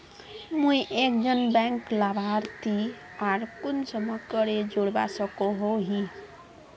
मुई एक जन बैंक लाभारती आर कुंसम करे जोड़वा सकोहो ही?